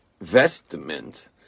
vestment